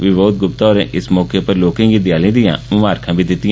विबोध गुप्ता होरें इस मौके पर लोकें गी देआली दी ममारख बी दित्ती